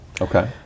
Okay